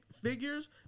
figures